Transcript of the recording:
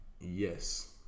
Yes